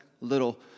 little